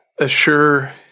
Assure